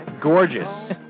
gorgeous